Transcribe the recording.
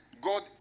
God